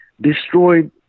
destroyed